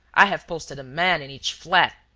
i have posted a man in each flat.